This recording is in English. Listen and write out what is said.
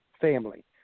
family